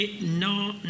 no